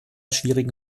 schwierigen